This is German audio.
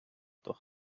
doch